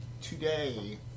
today